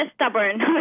stubborn